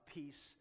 peace